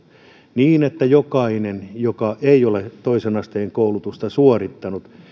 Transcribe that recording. niin että jokainen joka ei ole toisen asteen koulutusta suorittanut